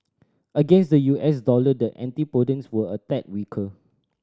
against the U S dollar the antipodeans were a tad weaker